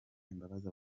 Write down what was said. imbabazi